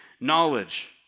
knowledge